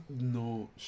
No